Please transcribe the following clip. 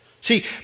See